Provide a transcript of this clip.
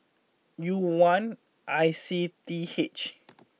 U one I C T H